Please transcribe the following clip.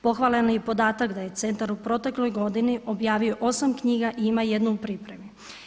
Pohvaljen je i podatak da je centar u protekloj godini objavio 8 knjiga i ima jednu u pripremi.